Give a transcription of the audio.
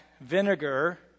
vinegar